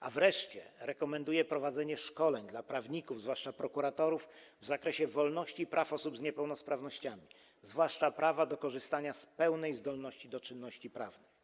a wreszcie rekomenduje prowadzenie szkoleń dla prawników, zwłaszcza dla prokuratorów, w zakresie wolności i praw osób z niepełnosprawnościami, zwłaszcza prawa do korzystania z pełnej zdolności do czynności prawnych.